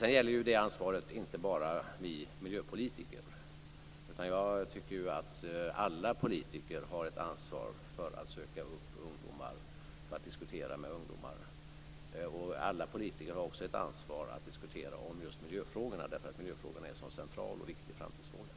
Sedan gäller ju ansvaret inte bara oss miljöpolitiker, utan jag tycker ju att alla politiker har ett ansvar för att söka upp ungdomar och diskutera med ungdomar. Alla politiker har också ett ansvar att diskutera om just miljöfrågorna, därför att miljöfrågorna är en sådan central och viktig framtidsfråga.